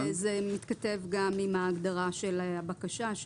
זה מתכתב עם ההגדרה של הבקשה.